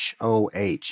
HOH